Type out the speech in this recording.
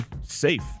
safe